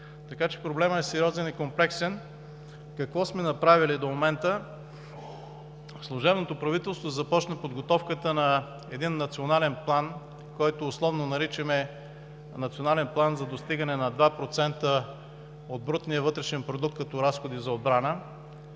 Проблемът е сериозен и комплексен. Какво сме направили до момента? Служебното правителство започна подготовката на един национален план, който условно наричаме „Национален план за достигане над 2% от брутния вътрешен продукт като разходи за отбрана“.